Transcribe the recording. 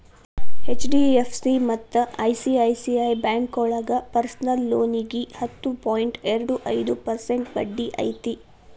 HDFC ಮತ್ತ ICICI ಬ್ಯಾಂಕೋಳಗ personal ಲೋನಿಗಿ ಹತ್ತು ಪಾಯಿಂಟ್ ಎರಡು ಐದು ಪರ್ಸೆಂಟ್ ಬಡ್ಡಿ ಐತಿ